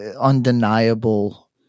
undeniable